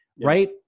right